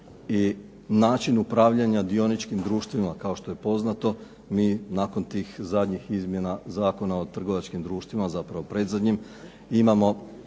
i način upravljanja dioničkim društvima. Kao što je poznato mi nakon tih zadnjih izmjena Zakona o trgovačkim društvima zapravo predzadnjim imamo